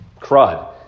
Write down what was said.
crud